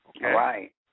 Right